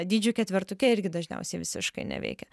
dydžių ketvertuke irgi dažniausiai visiškai neveikia